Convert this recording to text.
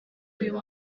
uyu